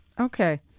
Okay